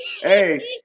Hey